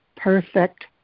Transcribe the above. perfect